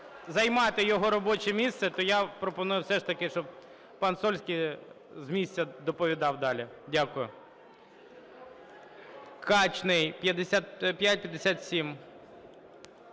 займати його робоче місце, то я пропоную все ж таки, щоб пан Сольський з місця доповідав далі. Дякую. Качний, 2557.